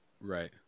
right